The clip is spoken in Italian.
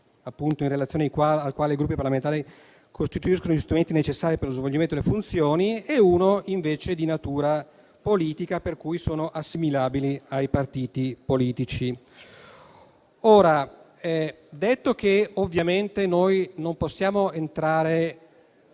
in relazione al quale i Gruppi parlamentari costituiscono gli strumenti necessari per lo svolgimento delle funzioni, e uno invece di natura politica, per cui sono assimilabili ai partiti politici. Premetto che non possiamo entrare